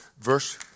Verse